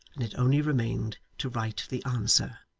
and it only remained to write the answer.